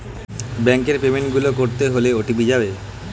ব্যাংকের পেমেন্ট গুলো করতে হলে ও.টি.পি যাবে